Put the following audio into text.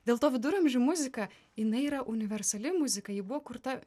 dėl to viduramžių muzika jinai yra universali muzika ji buvo kurta